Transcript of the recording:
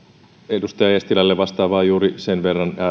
edustaja eestilälle vastaan vain juuri sen verran